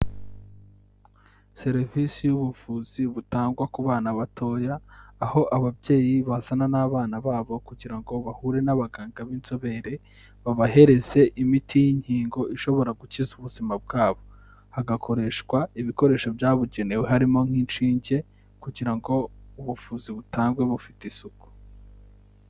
Serivisi y'ubuvuzi butangwa ku bana batoya, aho ababyeyi bazana n'abana babo kugira ngo bahure n'abaganga b'inzobere, babahereze imiti y'inkingo ishobora gukiza ubuzima bwa bo, hagakoreshwa ibikoresho byabugenewe, harimo nk'inshinge kugira ngo ubuvuzi butangwe bufite isuku.